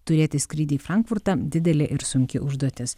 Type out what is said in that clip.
turėti skrydį į frankfurtą didelė ir sunki užduotis